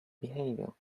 behavior